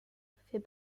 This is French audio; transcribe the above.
fait